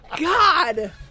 God